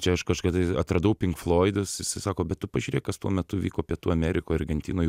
čia aš kažkada atradau pink floidus sako bet tu pažiūrėk kas tuo metu vyko pietų amerikoj argentinoj